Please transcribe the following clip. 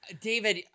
David